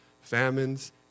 famines